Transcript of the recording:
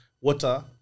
water